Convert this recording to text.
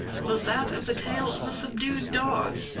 was that of the tail of a subdued dog,